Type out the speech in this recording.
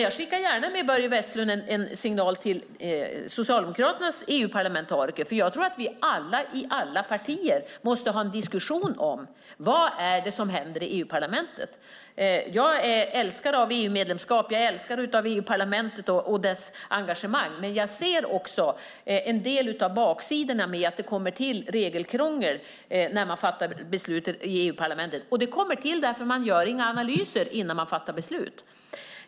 Jag skickar gärna med Börje Vestlund en signal till Socialdemokraternas EU-parlamentariker, för jag tror att vi alla i alla partier måste föra en diskussion om vad det är som händer i EU-parlamentet. Jag är älskare av EU-medlemskap och jag är älskare av EU-parlamentet och dess engagemang, men jag ser också en del av baksidorna med att det kommer till regelkrångel när man fattar beslut i EU-parlamentet. Det kommer till därför att man inte gör några analyser innan man fattar beslut.